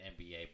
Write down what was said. NBA